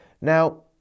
Now